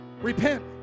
repent